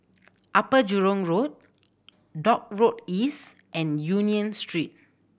Upper Jurong Road Dock Road East and Union Street